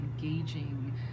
engaging